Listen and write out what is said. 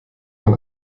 man